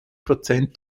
prozent